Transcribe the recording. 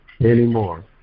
anymore